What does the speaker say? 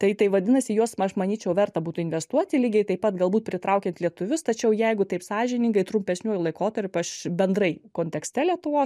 tai tai vadinasi į juos aš manyčiau verta būtų investuoti lygiai taip pat galbūt pritraukiant lietuvius tačiau jeigu taip sąžiningai trumpesniuoju laikotarpiu aš bendrai kontekste lietuvos